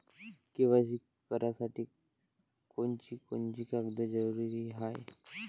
KYC करासाठी कोनची कोनची कागद जरुरी हाय?